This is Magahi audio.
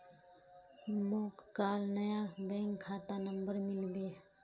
मोक काल नया बैंक खाता नंबर मिलबे